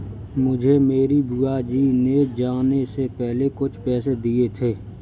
मुझे मेरी बुआ जी ने जाने से पहले कुछ पैसे दिए थे